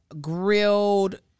grilled